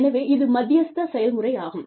எனவே இது மத்தியஸ்த செயல்முறையாகும்